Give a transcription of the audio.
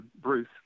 Bruce